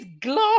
glass